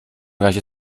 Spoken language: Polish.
razie